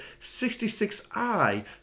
66i